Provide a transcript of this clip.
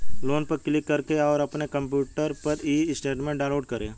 loan पर click करें और अपने कंप्यूटर पर ई स्टेटमेंट डाउनलोड करें